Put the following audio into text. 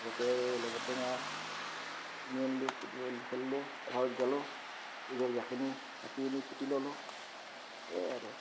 আগতে আৰু ৰৱাৱ টেঙা চিঙি আনিলো ফুটবল খেললো ক'ৰবাত গেলো জেকেনি কাটি আনি পুতি ল'লো এই আৰু